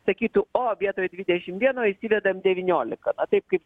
sakytų o vietoj dvidešim vieno įsivedam devyniolika na taip kaip